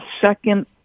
second